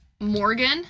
Morgan